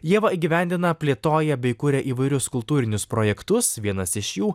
ieva įgyvendina plėtoja bei kuria įvairius kultūrinius projektus vienas iš jų